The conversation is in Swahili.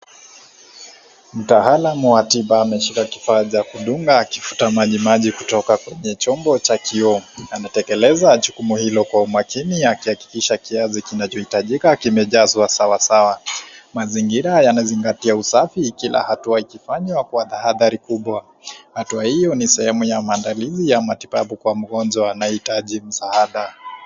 Mtaalam wa tiba ameshika kifaa cha kudunga akivuta majimaji kutoka kwenye chombo cha kioo. Anatekeleza jukimu hili kwa umakini akihakikisha kiasi kinachohitajika kimejazwa sawasawa. Mazingira yanazingatia usafi kila hatua ikifanywa kwa tahadhari kubwa, hatua hiyo ni sehemu ya maandalizi ya matibabu kwa mgonjwa anayehitaji msaada.